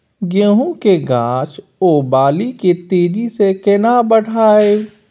गेहूं के गाछ ओ बाली के तेजी से केना बढ़ाइब?